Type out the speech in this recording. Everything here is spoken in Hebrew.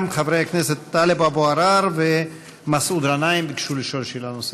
גם חברי הכנסת טלב אבו עראר ומסעוד גנאים ביקשו לשאול שאלה נוספת.